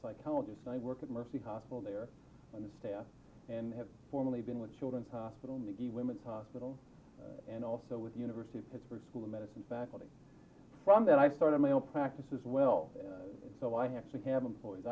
psychologist i work at mercy hospital there on the staff and have formerly been with children's hospital women's hospital and also with university of pittsburgh school of medicine faculty from that i started my own practice as well so i actually have employees